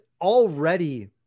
already